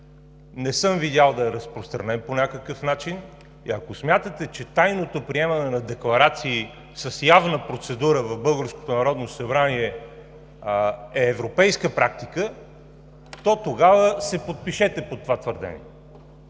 Не съм видял да е разпространен по някакъв начин. И ако смятате, че тайното приемане на декларации с явна процедура в българското Народно събрание е европейска практика, то тогава се подпишете под това твърдение.